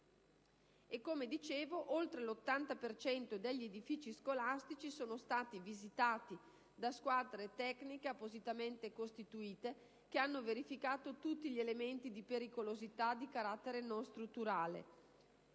Come dicevo, oltre l'80 per cento degli edifici scolastici sono stati visitati da squadre tecniche appositamente costituite, che hanno verificato tutti gli elementi di pericolosità di carattere non strutturale.